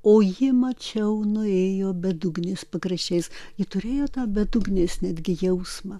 o ji mačiau nuėjo bedugnės pakraščiais ji turėjo tą bedugnės netgi jausmą